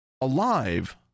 alive